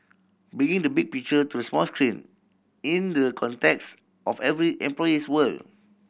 bringing the big picture to small screen in the context of every employee's world